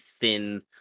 thin